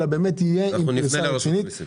אלא יהיה עם פריסה ארצית.